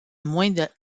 moins